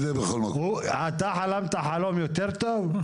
אתה חלמת חלום יותר טוב?